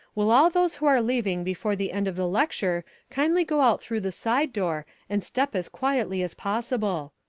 will all those who are leaving before the end of the lecture kindly go out through the side door and step as quietly as possible?